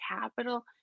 capital